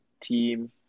team –